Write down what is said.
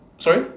sorry